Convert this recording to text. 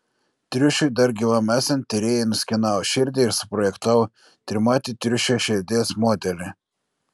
triušiui dar gyvam esant tyrėjai nuskenavo širdį ir suprojektavo trimatį triušio širdies modelį